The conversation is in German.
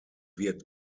wird